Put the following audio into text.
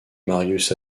marius